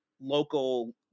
local